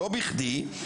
לא בכדי,